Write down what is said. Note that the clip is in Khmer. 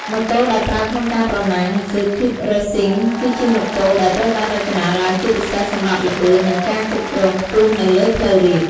ម៉ូតូដែលប្រើក្នុងការប្រណាំង ស៊ើរឃីត រេសស៊ីង (Circuit Racing) គឺជាម៉ូតូដែលត្រូវបានរចនាឡើងជាពិសេសសម្រាប់ល្បឿន និងការគ្រប់គ្រងខ្ពស់នៅលើផ្លូវរាប។